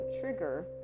trigger